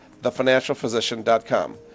thefinancialphysician.com